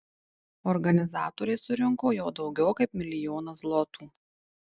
organizatoriai surinko jau daugiau kaip milijoną zlotų